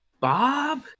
Bob